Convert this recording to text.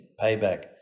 payback